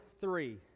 three